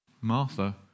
Martha